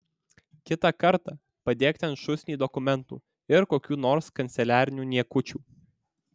kitą kartą padėk ten šūsnį dokumentų ir kokių nors kanceliarinių niekučių